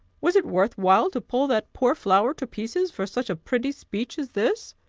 was it worth while to pull that poor flower to pieces for such a pretty speech as this?